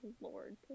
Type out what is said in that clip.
lord